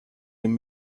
dem